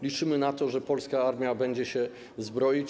Liczymy na to, że polska armia będzie się zbroić.